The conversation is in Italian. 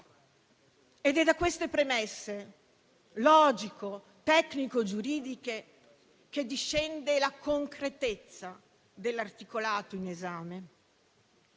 È da queste premesse logico-tecnico-giuridiche che discende la concretezza dell'articolato in esame,